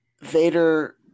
Vader